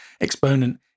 exponent